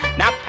now